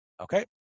Okay